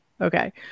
Okay